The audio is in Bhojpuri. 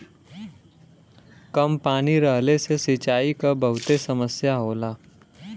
कम पानी रहले से सिंचाई क बहुते समस्या होला